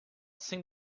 seen